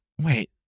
wait